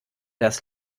das